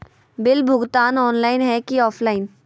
Bill भुगतान online है की ऑफलाइन?